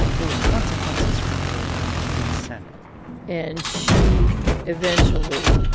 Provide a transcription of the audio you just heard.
there were consequences for her in the senate and she eventually,